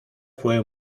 fue